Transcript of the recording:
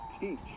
teach